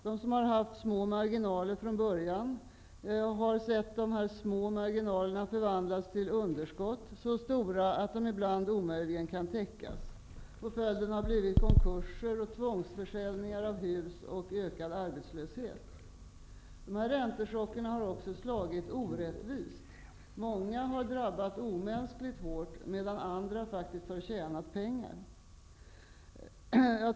De som har haft små marginaler från början har sett dessa förvandlas till underskott, ibland så stora att de omöjligen kan täckas. Följden har blivit konkurser, tvångsförsäljningar av hus och ökad arbetslöshet. Räntechockerna har slagit orättvist. Många har drabbats omänskligt hårt medan andra faktiskt har tjänat pengar.